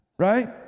right